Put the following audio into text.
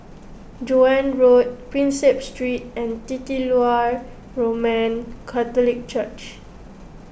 Joan Road Prinsep Street and Titular Roman Catholic Church